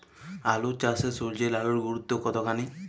আলু চাষে সূর্যের আলোর গুরুত্ব কতখানি?